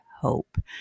hope